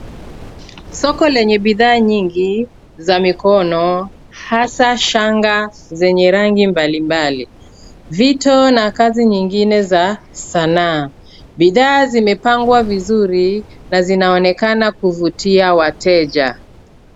Soko lenye bidhaa nyingi za mikono hasa shanga zenye rangi mbalimbali, vito la kazi nyingine za sanaa. Bidhaa zimepangwa vizuri na zinaonekana kuvutia wateja.